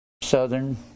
southern